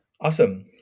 Awesome